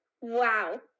Wow